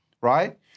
Right